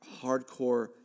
hardcore